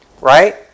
right